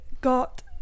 got